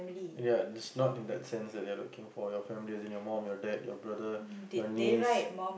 ya it's not in that sense that they are looking for you family as in and your mum your dad your brother your niece